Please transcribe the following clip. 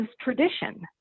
tradition